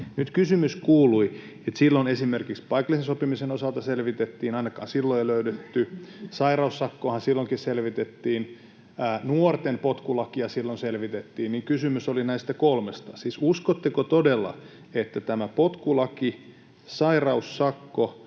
Nyt kysymys kuului niin, että silloin esimerkiksi paikallista sopimista selvitettiin, ainakaan silloin ei löydetty, sairaussakkoahan silloinkin selvitettiin, nuorten potkulakia silloin selvitettiin. Kysymys oli näistä kolmesta. Siis uskotteko todella, että tästä potkulaista, sairaussakosta